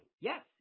Yes